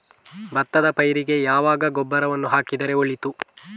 ಭತ್ತದ ಪೈರಿಗೆ ಯಾವಾಗ ಗೊಬ್ಬರವನ್ನು ಹಾಕಿದರೆ ಒಳಿತು?